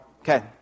Okay